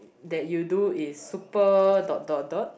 that you do is super dot dot dot